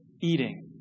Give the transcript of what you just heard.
eating